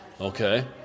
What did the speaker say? Okay